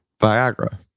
Viagra